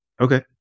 Okay